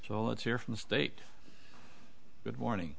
so let's hear from the state that morning